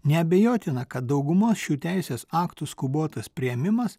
neabejotina kad daugumos šių teisės aktų skubotas priėmimas